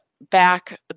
back